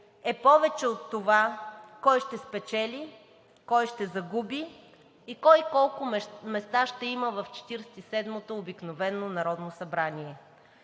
е повече от това кой ще спечели, кой ще загуби и кой колко места ще има в Четиридесет и седмото обикновено народно събрание.